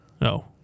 No